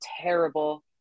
terrible